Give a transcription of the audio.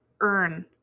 earn